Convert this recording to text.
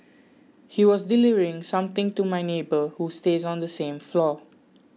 he was delivering something to my neighbour who stays on the same floor